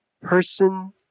person